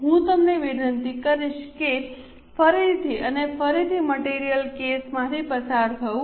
હું તમને વિનંતી કરીશ કે ફરીથી અને ફરીથી મટિરિયલ કેસમાંથી પસાર થવું